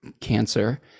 Cancer